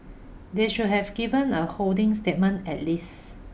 they should have given a holding statement at least